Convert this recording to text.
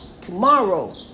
tomorrow